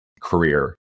career